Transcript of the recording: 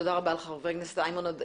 תודה רבה לך, חבר הכנסת איימן עודה.